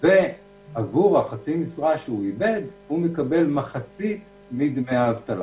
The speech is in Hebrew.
ועבור חצי המשרה שהוא איבד הוא מקבל מחצית מדמי האבטלה,